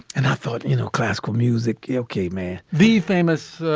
and i thought, you know, classical music. yeah okay, man, the famous.